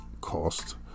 cost